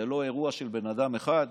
זה לא אירוע של בן אדם אחד.